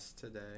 today